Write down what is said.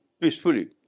peacefully